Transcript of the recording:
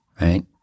right